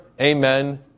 Amen